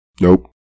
Nope